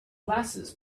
glasses